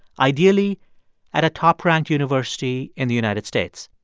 ideally at a top-ranked university in the united states.